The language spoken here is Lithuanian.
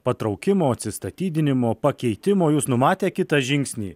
patraukimo atsistatydinimo pakeitimo jūs numatę kitą žingsnį